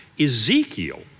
Ezekiel